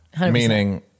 Meaning